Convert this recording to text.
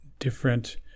different